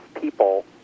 people